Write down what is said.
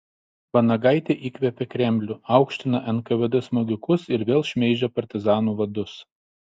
vanagaitė įkvėpė kremlių aukština nkvd smogikus ir vėl šmeižia partizanų vadus